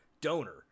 donor